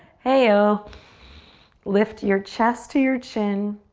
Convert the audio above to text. hey-oh. lift your chest to your chin,